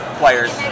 players